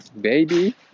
baby